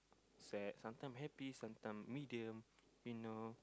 sad sometime happy sometime medium you know